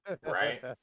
Right